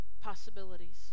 possibilities